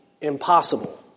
impossible